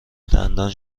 دندان